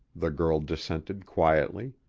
the girl dissented quietly.